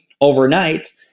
overnight